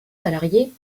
salariés